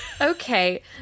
Okay